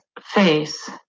face